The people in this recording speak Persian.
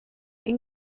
این